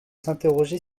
s’interroger